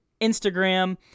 Instagram